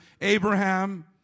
Abraham